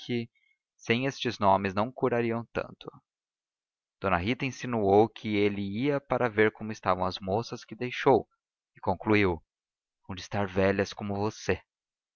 sem estes nomes não curariam tanto d rita insinuou que ele ia para ver como estavam as moças que deixou e concluiu hão de estar tão velhas como você